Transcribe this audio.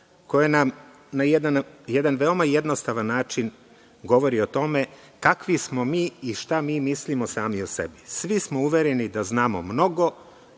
koja nam na jedan veoma jednostavan način govori o tome kakvi smo mi i šta mi mislimo sami o sebi. Svi smo uvereni da znamo mnogo,